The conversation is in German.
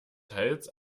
teils